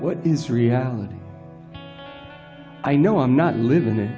what is reality i know i'm not living i